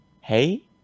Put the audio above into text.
Hey